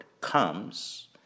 comes